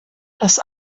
das